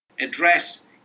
address